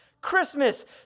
Christmas